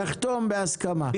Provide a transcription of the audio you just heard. יחתום בהסכמה,